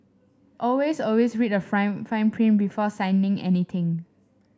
always always read the fine fine print before signing anything